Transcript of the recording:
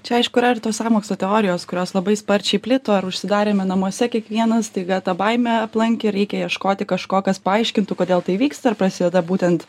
čia aišku yra ir tos sąmokslo teorijos kurios labai sparčiai plito ir užsidarėme namuose kiekvienas staiga ta baimė aplankė reikia ieškoti kažko kas paaiškintų kodėl tai vyksta ir prasideda būtent